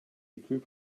group